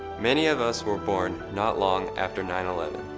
many of us were born not long after nine eleven,